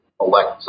elect